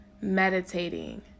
meditating